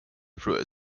through